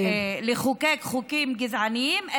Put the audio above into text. בלחוקק חוקים גזעניים,